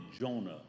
Jonah